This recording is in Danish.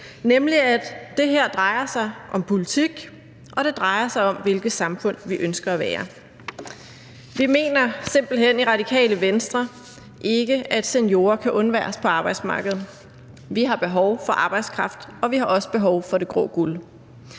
nemlig at det her drejer sig om politik, og det drejer sig om, hvilket samfund vi ønsker at være. Vi mener simpelt hen ikke i Radikale Venstre, at seniorer kan undværes på arbejdsmarkedet. Vi har behov for arbejdskraft, og vi har også behov for det grå guld.